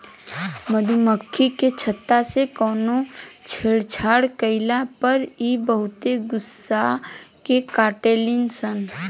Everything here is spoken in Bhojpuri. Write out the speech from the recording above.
मधुमखी के छत्ता से कवनो छेड़छाड़ कईला पर इ बहुते गुस्सिया के काटेली सन